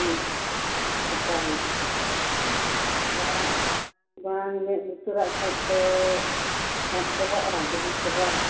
ᱦᱟᱛᱟ ᱦᱩᱭᱩᱜᱼᱟ ᱵᱟᱝ ᱵᱟᱝ ᱢᱮᱫ ᱞᱩᱛᱩᱨᱟᱜ ᱠᱷᱟᱡ ᱫᱚ ᱟᱫ ᱪᱟᱵᱟᱜᱼᱟ ᱰᱩᱵᱩᱡ ᱪᱟᱵᱟᱜᱼᱟ